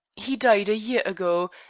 he died a year ago,